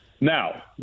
now